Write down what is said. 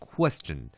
Question